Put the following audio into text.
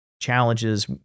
challenges